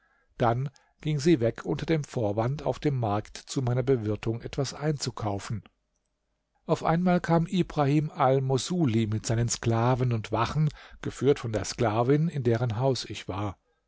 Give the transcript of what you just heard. dann ging sie weg unter dem vorwand auf dem markt zu meiner bewirtung etwas einzukaufen auf einmal kam ibrahim al moßuli mit seinen sklaven und wachen geführt von der sklavin in deren haus ich war